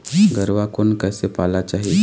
गरवा कोन कइसे पाला जाही?